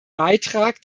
beitrag